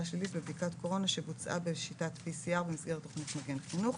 שלילית בבדיקת קורונה שבוצעה בשיטת PCR במסגרת תכנית מגן חינוך.